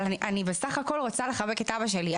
אבל אני בסך הכול רוצה לחבק את אבא שלי.